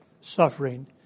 suffering